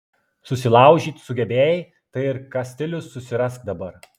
susilaužyt sugebėjai tai ir kastilius susirask dabar